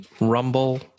Rumble